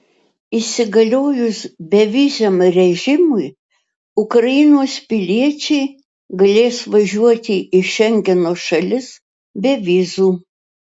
įsigaliojus beviziam režimui ukrainos piliečiai galės važiuoti į šengeno šalis be vizų